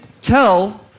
tell